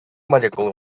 молекулы